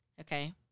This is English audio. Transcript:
okay